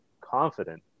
confident